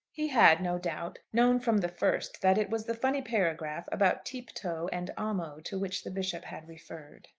he had, no doubt, known from the first that it was the funny paragraph about tupto and amo to which the bishop had referred.